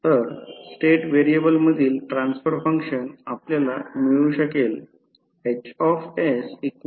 तर state variable मधील transfer function आपल्याला मिळू शकेल